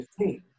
15